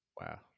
Wow